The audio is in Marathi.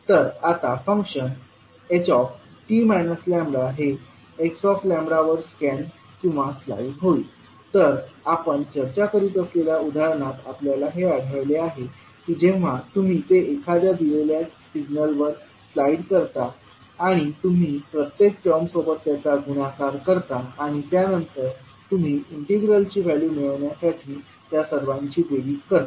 तर आता फंक्शन ht λ हे xλ वर स्कॅन किंवा स्लाइड होईल तर आपण चर्चा करत असलेल्या उदाहरणात आपल्याला हे आढळले आहे की जेव्हा तुम्ही ते एखाद्या दिलेल्या सिग्नलवर स्लाइड करता आणि तुम्ही प्रत्येक टर्म सोबत त्याचा गुणाकार करता आणि त्यानंतर तुम्ही इंटिग्रलची व्हॅल्यू मिळवण्यासाठी त्या सर्वांची बेरीज करता